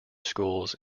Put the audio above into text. schools